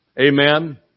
Amen